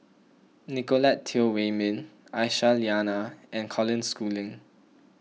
Nicolette Teo Wei Min Aisyah Lyana and Colin Schooling